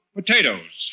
Potatoes